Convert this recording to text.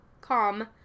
calm